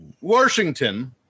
Washington